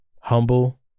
humble